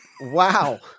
Wow